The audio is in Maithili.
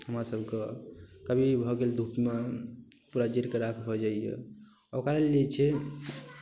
हमरासभके कभी भऽ गेल धूपमे पूरा जरि कऽ राख भऽ जाइए ओकरा लेल जे छै